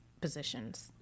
positions